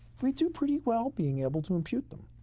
we do pretty well being able to impute them.